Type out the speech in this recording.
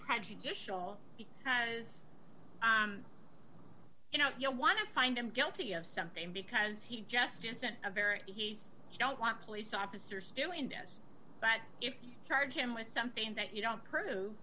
prejudicial you know you want to find him guilty of something because he just isn't a very he don't want police officers doing this but if you charge him with something that you don't